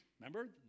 Remember